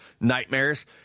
nightmares